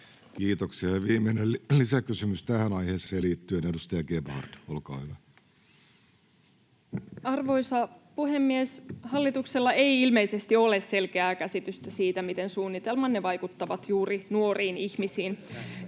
Kiitoksia. — Ja viimeinen lisäkysymys tähän aiheeseen liittyen, edustaja Gebhard, olkaa hyvä. Arvoisa puhemies! Hallituksella ei ilmeisesti ole selkeää käsitystä siitä, miten suunnitelmanne vaikuttavat juuri nuoriin ihmisiin.